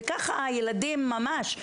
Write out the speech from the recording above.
וככה הילדים ממש,